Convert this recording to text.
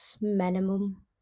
minimum